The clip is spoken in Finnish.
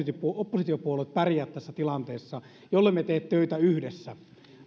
oppositiopuolueet pärjää tässä tilanteessa jollemme tee töitä yhdessä